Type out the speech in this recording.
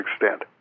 extent